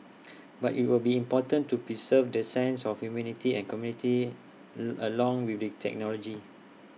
but IT will be important to preserve the sense of humanity and community along with the technology